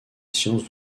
sciences